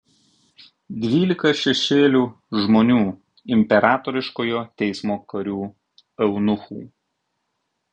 dvylika šešėlių žmonių imperatoriškojo teismo karių eunuchų